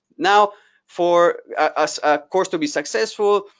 now for a course to be successful,